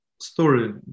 story